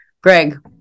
Greg